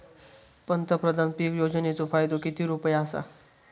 पंतप्रधान पीक योजनेचो फायदो किती रुपये आसा?